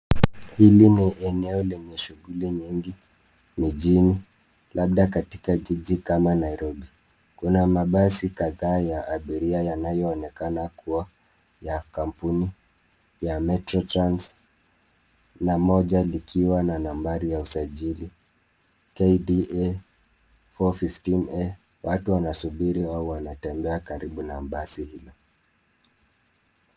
Hili ni eneo lenye shughuli nyingi mijini, labda katika kijiji kama Nairobi. Kuna mabasi kadhaa ya abiria yanayoonekana kuwa ya kampuni ya Metro Trans na moja likiwa na nambari ya usajili KDA 415A . Watu wanasubiri au wanaenda kutembea karibu na basi hilo.